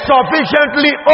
Sufficiently